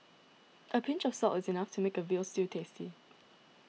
a pinch of salt is enough to make a Veal Stew tasty